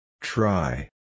Try